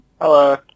Hello